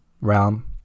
realm